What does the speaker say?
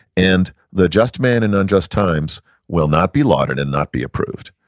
and the just man in unjust times will not be lauded, and not be approved.